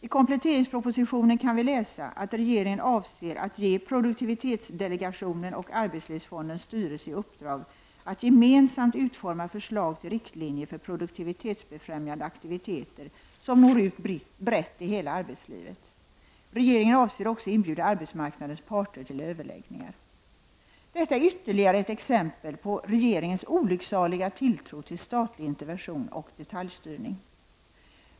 I kompletteringspropositionen kan vi läsa att regeringen avser att ge produktivitetsdelegationen och arbetslivsfondens styrelse i uppdrag att gemensamt utforma förslag till riktlinjer för produktivitetsbefrämjande aktiviteter som når ut brett i hela arbetslivet. Regeringen avser också att inbjuda arbetsmarknadens parter till överläggningar. Detta är ytterligare ett exempel på regeringens olycksaliga tilltro till statlig intervention och detaljstyrning.